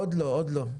עוד לא.